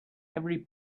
every